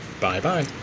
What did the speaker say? Bye-bye